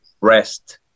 rest